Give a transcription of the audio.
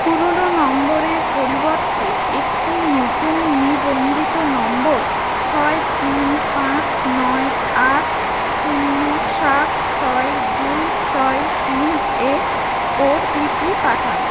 পুরনো নম্বরের পরিবর্তে একটি নতুন নিবন্ধিত নম্বর ছয় তিন পাঁচ নয় আট শূন্য সাত ছয় দুই ছয় তিন এ ও টি পি পাঠান